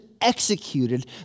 executed